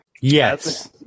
Yes